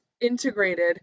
integrated